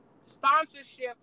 sponsorship